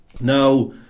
Now